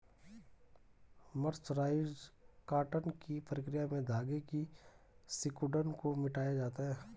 mercerised cotton की प्रक्रिया में धागे की सिकुड़न को मिटाया जाता है